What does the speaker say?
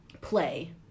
play